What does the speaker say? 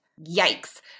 Yikes